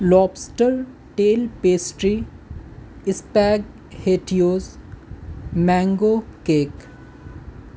lobster tail pastry spaghettios mango cake